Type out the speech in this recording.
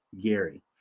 Gary